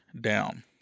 down